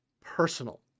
personal